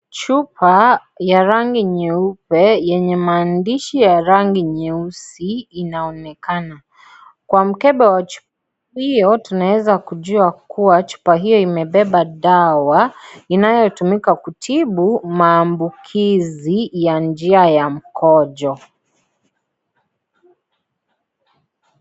Chupa ya rangi nyeupe yenye maandishi ya rangi nyeusi inaonekana. Kwa mkebe wa chupa hio tunaweza kujua chupa hio imebeba dawa inayoweza kutibu maambukizi ya njia ya mkojo.